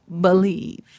believe